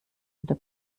unter